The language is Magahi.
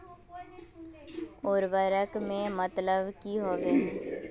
उर्वरक के मतलब की होबे है?